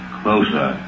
closer